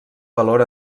valor